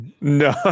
No